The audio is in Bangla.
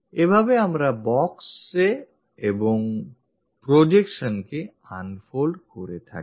এইভাবেই আমরা box এবং এদের projectionsকে unfold করে থাকি